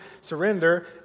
Surrender